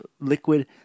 liquid